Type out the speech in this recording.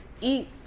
eat